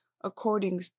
according